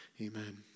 Amen